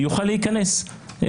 יוכל להיכנס,